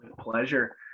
Pleasure